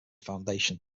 foundation